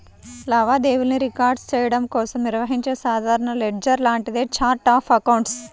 లావాదేవీలను రికార్డ్ చెయ్యడం కోసం నిర్వహించే సాధారణ లెడ్జర్ లాంటిదే ఛార్ట్ ఆఫ్ అకౌంట్స్